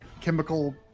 chemical